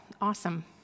awesome